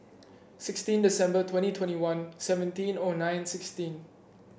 sixteen December twenty twenty one seventeen O nine sixteen